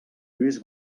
lluís